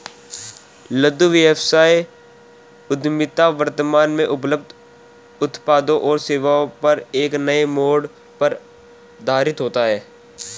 लघु व्यवसाय उद्यमिता वर्तमान में उपलब्ध उत्पादों और सेवाओं पर एक नए मोड़ पर आधारित होता है